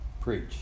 preach